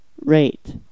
Rate